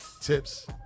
Tips